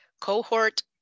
cohort